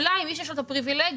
אולי מי שיש לו את הפריבילגיה